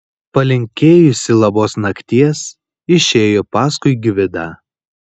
palinkėjusi labos nakties išėjo paskui gvidą